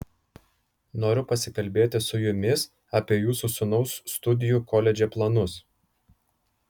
noriu pasikalbėti su jumis apie jūsų sūnaus studijų koledže planus